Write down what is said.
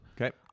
Okay